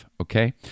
okay